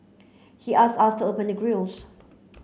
he asked us to open the grilles